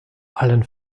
allen